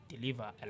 deliver